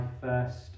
first